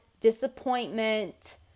disappointment